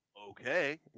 okay